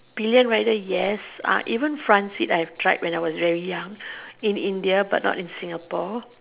be a rider yes even front sit I have tried when I was very young in India but not in Singapore